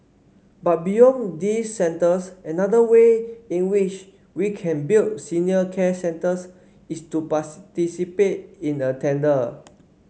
but beyond these centres another way in which we can build senior care centres is to in a tender